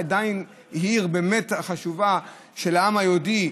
היא עדיין העיר החשובה באמת של העם היהודי,